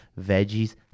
veggies